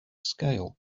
scale